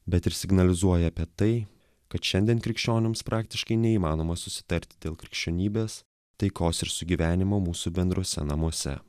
bet ir signalizuoja apie tai kad šiandien krikščionims praktiškai neįmanoma susitarti dėl krikščionybės taikos ir sugyvenimo mūsų bendruose namuose